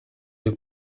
cyo